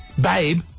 babe